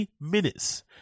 minutes